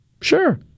Sure